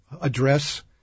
address